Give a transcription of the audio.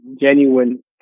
genuine